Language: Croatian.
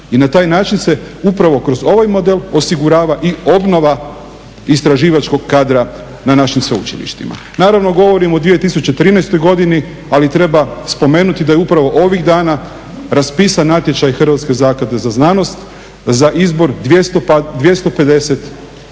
i na taj način se upravo kroz ovaj model osigurava i obnova istraživačkog kadra na našim sveučilištima. Naravno, govorim o 2013. godini ali treba spomenuti da je upravo ovih dana raspisan natječaj Hrvatske zaklade za znanost za izbor 250